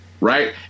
right